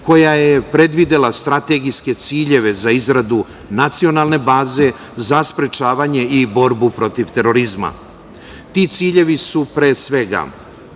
koja je predvidela strategijske ciljeve za izradu nacionalne baze za sprečavanje i borbu protiv terorizma. Ti ciljevi su pre svega,